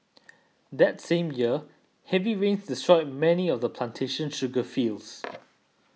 that same year heavy rains destroyed many of the plantation's sugar fields